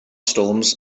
storms